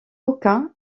aucun